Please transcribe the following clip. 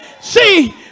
See